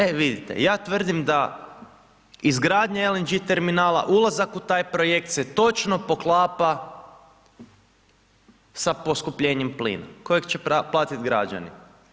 E vidite, ja tvrdim da izgradnja LNG terminala, ulazak u taj projekt se točno poklapa sa poskupljenjem plina kojeg će platit građani.